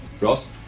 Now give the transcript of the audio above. Ross